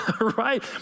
right